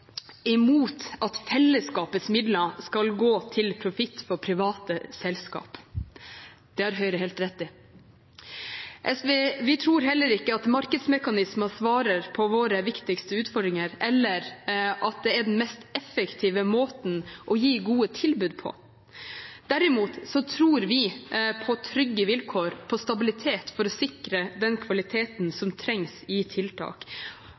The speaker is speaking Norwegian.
imot at fellesskapets midler skal gå til profitt for private selskaper – det har Høyre helt rett i. Vi tror heller ikke at markedsmekanismer svarer på våre viktigste utfordringer, eller at det er den mest effektive måten å gi gode tilbud på. Derimot tror vi på trygge vilkår, på stabilitet, for å sikre den kvaliteten som trengs i tiltak,